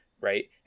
Right